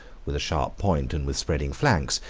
with a sharp point, and with spreading flanks,